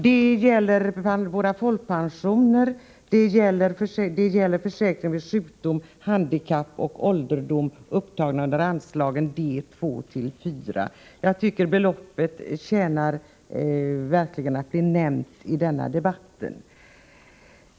Det gäller våra folkpensioner samt försäkringar vid sjukdom, handikapp och ålderdom, upptagna under anslagen D 2-4. Beloppet förtjänar verkligen att bli nämnt i debatten.